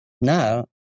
Now